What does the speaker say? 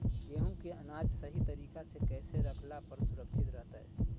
गेहूं के अनाज सही तरीका से कैसे रखला पर सुरक्षित रहतय?